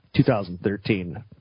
2013